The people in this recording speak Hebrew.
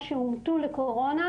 או שאומתו לקורונה,